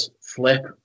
flip